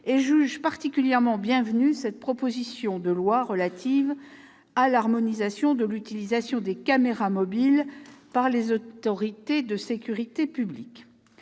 et juge particulièrement bienvenue cette proposition de loi relative à l'harmonisation de l'utilisation des caméras mobiles par les autorités de sécurité publique.